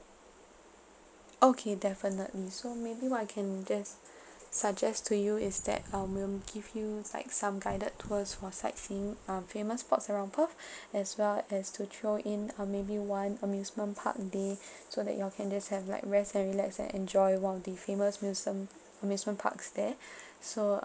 okay definitely so maybe what I can just suggest to you is that um we'll give you like some guided tours for sightseeing um famous spots around perth as well as to throw in uh maybe one amusement park day so that y'all can just have like rest and relax and enjoy one of the famous amuse um amusement parks there so